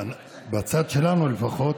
בצד שלנו לפחות,